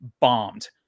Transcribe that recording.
bombed